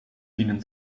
ihnen